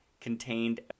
contained